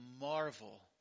marvel